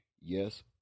Yes